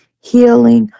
healing